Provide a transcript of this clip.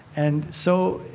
and so,